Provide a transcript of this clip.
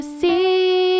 see